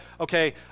okay